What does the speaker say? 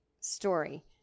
story